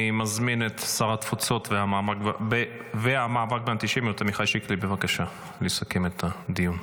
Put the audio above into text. אני מזמין את שר התפוצות והמאבק באנטישמיות עמיחי שיקלי לסכם את הדיון.